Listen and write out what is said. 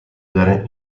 leader